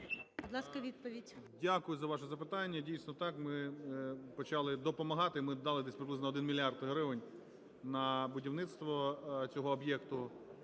Дякую за ваше запитання. Дійсно, так. Ми почали допомагати. Ми дали десь приблизно 1 мільярд гривень на будівництво цього об'єкту.